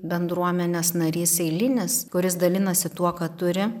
bendruomenės narys eilinis kuris dalinasi tuo ką turi